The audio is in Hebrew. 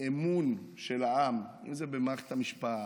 האמון של העם, אם זה במערכת המשפט,